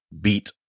beat